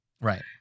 Right